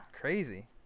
Crazy